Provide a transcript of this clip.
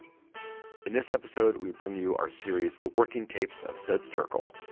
in this episode, we bring you our series the working tapes of studs terkel.